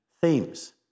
themes